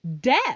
death